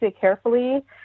carefully